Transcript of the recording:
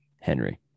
Henry